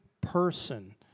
person